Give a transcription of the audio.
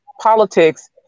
politics